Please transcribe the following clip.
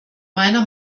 meiner